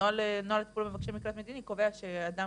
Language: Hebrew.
נוהל הטיפול במבקשי מקלט מדיני קובע שאדם